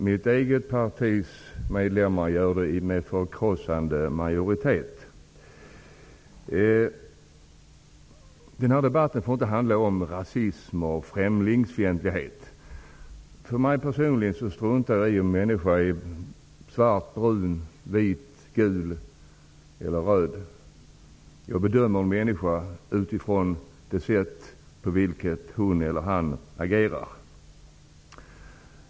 Mitt eget partis medlemmar gör det med förkrossande majoritet. Den här debatten får inte handla om rasism och främlingsfientlighet. Personligen struntar jag i om en människa är svart, brun, vit, gul eller röd -- jag bedömer en människan utifrån det sätt på vilket hon eller han agerar.